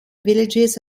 villages